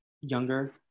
younger